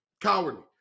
Cowardly